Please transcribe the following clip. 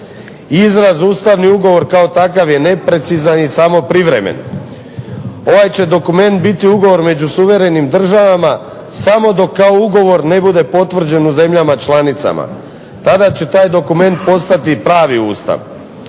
Izraz ustavni ugovor kao takav je neprecizan i samo privremen. Ovaj će dokument biti ugovor među suverenim državama samo dok kao ugovor ne bude potvrđen u zemljama članicama tada će taj dokument postati pravi Ustav.